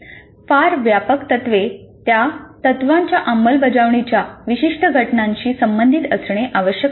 फार व्यापक तत्त्वे त्या तत्त्वांच्या अंमलबजावणीच्या विशिष्ट घटनांशी संबंधित असणे आवश्यक आहे